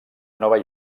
nova